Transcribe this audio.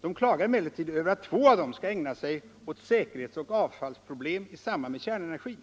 De klagar emellertid över att två av dem skall ägna sig åt säkerhetsoch avfallsproblem i samband med kärnenergin.